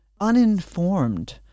uninformed